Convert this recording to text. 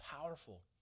powerful